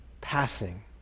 passing